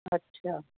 अच्छा